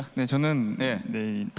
sijin and the